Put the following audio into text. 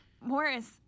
Morris